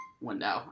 window